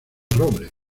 robles